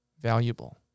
valuable